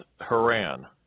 Haran